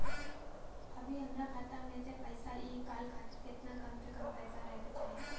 अभीहमरा खाता मे से पैसा इ कॉल खातिर केतना कम से कम पैसा रहे के चाही?